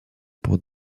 pour